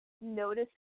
notice